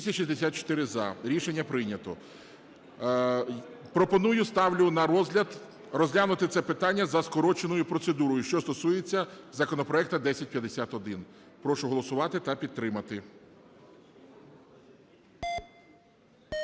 За-264 Рішення прийнято. Пропоную, ставлю на розгляд: розглянути це питання за скороченою процедурою, що стосується законопроекту 1051. Прошу голосувати та підтримати.